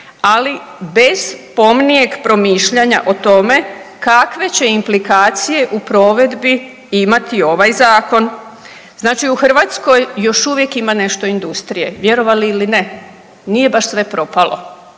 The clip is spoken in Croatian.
ali bez pomnijeg promišljanja o tome kakve će implikacije u provedbi imati ovaj Zakon. Znači u Hrvatskoj još uvijek ima nešto industrije. Vjerovali ili ne nije baš sve propalo.